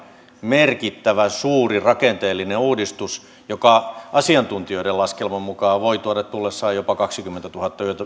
merkittävä suuri rakenteellinen uudistus joka asiantuntijoiden laskelman mukaan voi tuoda tullessaan jopa kaksikymmentätuhatta